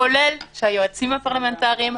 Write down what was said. כולל של היועצים הפרלמנטריים,